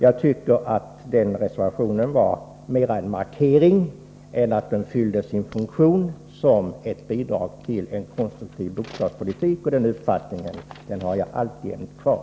Jag tycker att den reservationen mera var en markering än ett bidrag till en konstruktiv bostadspolitik, och den uppfattningen har jag alltjämt kvar.